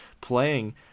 playing